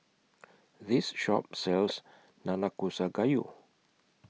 This Shop sells Nanakusa Gayu